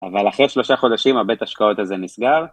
אבל אחרי שלושה חודשים הבית השקעות הזה נסגר.